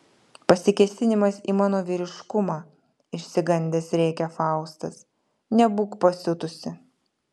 pasikėsinimas į mano vyriškumą išsigandęs rėkia faustas nebūk pasiutusi